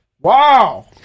Wow